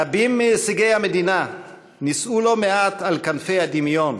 רבים מהישגי המדינה נישאו לא מעט על כנפי הדמיון,